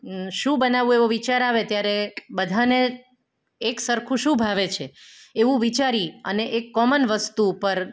શું બનાવવું એવો વિચાર આવે ત્યારે બધાને એકસરખું શું ભાવે છે એવું વિચારી અને એક કોમન વસ્તુ ઉપર